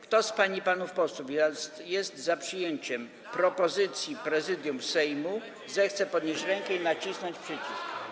Kto z pań i panów posłów jest za przyjęciem propozycji Prezydium Sejmu, zechce podnieść rękę i nacisnąć przycisk.